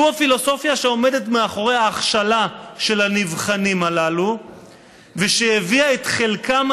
זו הפילוסופיה שעומדת מאחורי ההכשלה של הנבחנים הללו ושהביאה את חלקם,